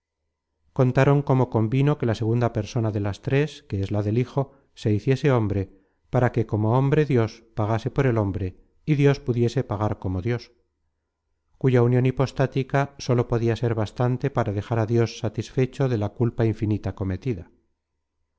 contaron cómo convino que la segunda persona de las tres que es la del hijo se hiciese hombre para que como hombre-dios pagase por el hombre y dios pudiese pagar como dios cuya union hipostática sólo podia ser bastante para dejar á dios satisfecho de la culpa infinita cometida